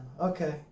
Okay